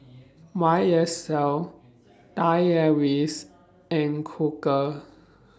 Y S L Thai Airways and Koka